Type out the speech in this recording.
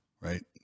right